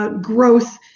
growth